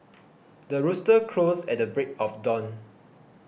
the rooster crows at the break of dawn